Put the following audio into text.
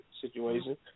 situation